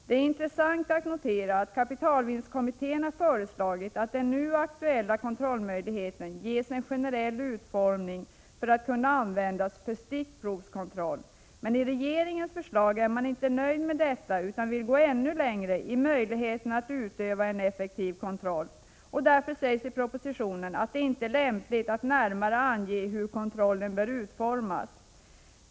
Det är intressant att notera att kapitalvinstkommittén har föreslagit att den nu aktuella kontrollmöjligheten ges en generell utformning för att kunna användas för stickprovskontroll, men i regeringens förslag är man inte nöjd med det utan vill gå ännu längre i möjligheten att utöva effektiv kontroll. Därför sägs i propositionen att det inte är lämpligt att närmare ange hur kontrollen bör utformas.